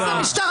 כוח זה משטרה.